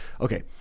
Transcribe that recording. okay